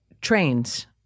trains